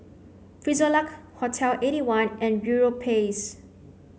Frisolac Hotel eighty one and Europace